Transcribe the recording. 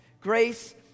Grace